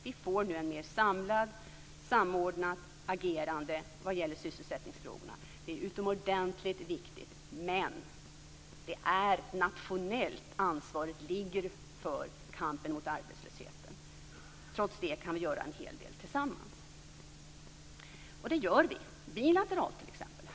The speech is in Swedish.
Vi får nu ett samlat och samordnat agerande när det gäller sysselsättningsfrågorna. Det är utomordentligt viktigt, men kampen mot arbetslösheten är ett nationellt ansvar. Trots det kan vi göra en hel del tillsammans, och det gör vi t.ex. bilateralt.